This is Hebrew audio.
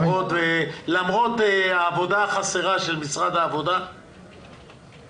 למרות העבודה החסרה של משרד העבודה שלא